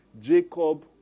Jacob